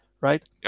right